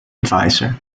advisor